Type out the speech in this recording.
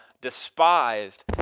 despised